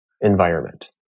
environment